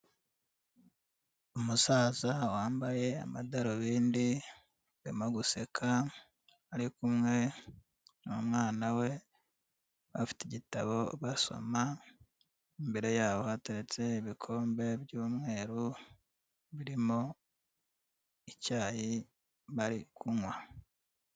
Umusaza wambaye amadarubindi, arimo guseka, ari kumwe n'umwana we. Bafite igitabo basoma, imbere yabo hateretse ibikombe by'umweru birimo icyayi bari kunywa.